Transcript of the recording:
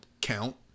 count